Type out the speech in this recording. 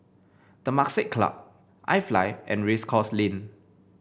Temasek Club iFly and Race Course Lane